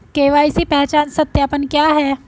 KYC पहचान सत्यापन क्या है?